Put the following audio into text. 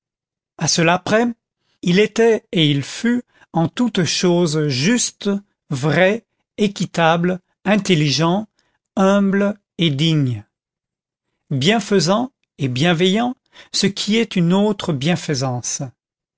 à cela près il était et il fut en toute chose juste vrai équitable intelligent humble et digne bienfaisant et bienveillant ce qui est une autre bienfaisance